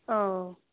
औ